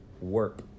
work